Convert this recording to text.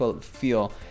feel